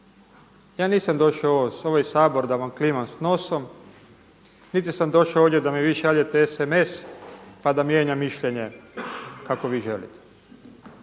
Ja nisam došao u ovaj Sabor da vam klimam s nosom, niti sam došao ovdje da mi vi šaljete sms pa da mijenjam mišljenje kako vi želite.